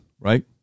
right